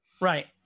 Right